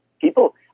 People